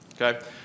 okay